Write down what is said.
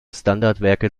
standardwerke